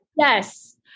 Yes